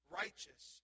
righteous